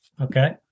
Okay